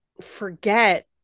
forget